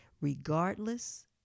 regardless